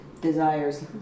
desires